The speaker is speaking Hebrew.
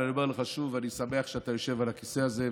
אבל אני אומר לך שוב: אני שמח שאתה יושב על הכיסא הזה,